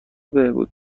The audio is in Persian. بهبود